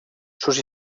sus